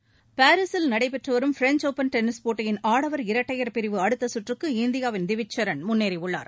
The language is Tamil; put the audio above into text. செகண்ட்ஸ் பாரிசில் நடைபெற்று வரும் பிரெஞ்ச் ஒப்பன் டென்னிஸ் போட்டியின் ஆடவர் இரட்டையர் பிரிவு அடுத்த சுற்றுக்கு இந்தியாவின் திவிஜ்சரண் முன்னேறியுள்ளார்